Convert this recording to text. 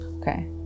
Okay